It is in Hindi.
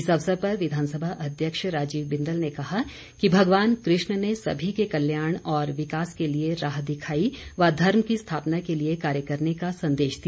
इस अवसर पर विधानसभा अध्यक्ष राजीव बिंदल ने कहा कि भगवान कृष्ण ने सभी के कल्याण और विकास के लिए राह दिखाई व धर्म की स्थापना के लिए कार्य करने का संदेश दिया